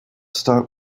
start